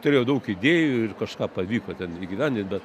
turėjau daug idėjų ir kažką pavyko ten įgyvendint bet